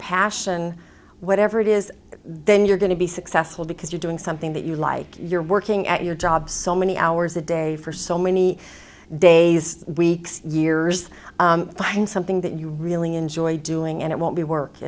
passion whatever it is then you're going to be successful because you're doing something that you like you're working at your job so many hours a day for so many days weeks years find something that you really enjoy doing and it won't be work